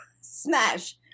smash